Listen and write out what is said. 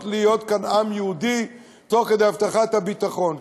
להיות כאן עם יהודי תוך כדי הבטחת הביטחון.